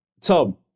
Tom